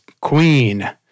queen